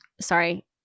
sorry